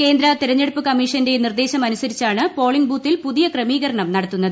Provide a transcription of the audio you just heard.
കേന്ദ്ര തെരഞ്ഞെടുപ്പു കമ്മീഷന്റെ നിർദ്ദേശമനുസരിച്ചാണ് പോളിംഗ് ബൂത്തിൽ പുതിയ ക്രമീകരണം നടത്തുന്നത്